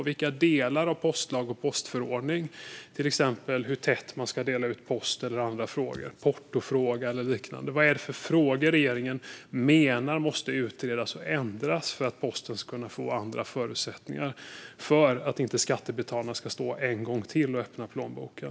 Vilka delar i postlag och postförordning, till exempel hur tätt posten ska delas ut, portofrågan och liknande, menar regeringen måste utredas och ändras för att Postnord ska få andra förutsättningar och för att inte skattebetalarna en gång till ska behöva öppna plånboken?